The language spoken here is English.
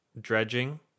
dredging